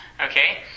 Okay